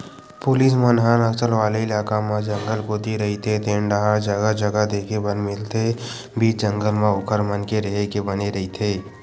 police मन ह नक्सल वाले इलाका म जंगल कोती रहिते तेन डाहर जगा जगा देखे बर मिलथे बीच जंगल म ओखर मन के रेहे के बने रहिथे